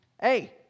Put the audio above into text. Hey